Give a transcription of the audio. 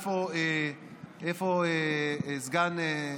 איפה סגן,